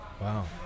Wow